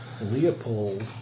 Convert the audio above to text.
Leopold